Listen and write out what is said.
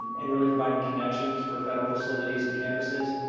and really providing connections for federal facilities and campuses.